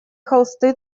холсты